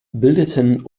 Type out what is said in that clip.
bildeten